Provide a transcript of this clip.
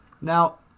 Now